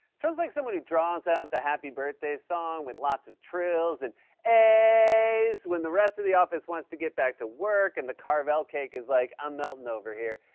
trump's like someone who draws out the happy birthday song with lots of trills and ayyyys when the rest of the office wants to get back to work and the carvel cake is like, i'm melting over here.